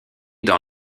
dans